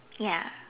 ya